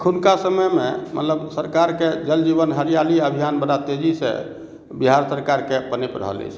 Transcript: अखुनका समय मे मतलब सरकार के जल जीवन हरियाली अभियान बड़ा तेजीसॅं बिहार सरकार के पनैप रहल अछि